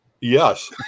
yes